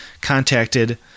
contacted